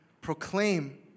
proclaim